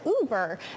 Uber